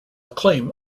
acclaim